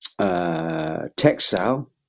textile